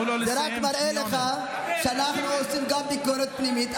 זה רק מראה לך שאנחנו עושים גם ביקורת פנימית,